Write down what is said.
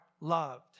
loved